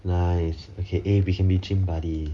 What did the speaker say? nice okay eh we can be gym buddy